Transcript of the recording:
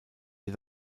ihr